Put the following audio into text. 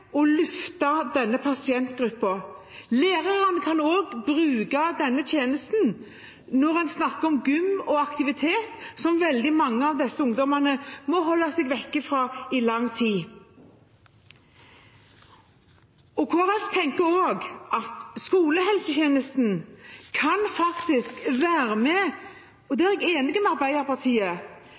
og løfte denne pasientgruppen. Lærerne kan også bruke denne tjenesten når de snakker om gym og aktiviteter som veldig mange av disse ungdommene må holde seg vekk fra i lang tid. Kristelig Folkeparti tenker også at skolehelsetjenesten faktisk kan være med – og der er jeg enig med Arbeiderpartiet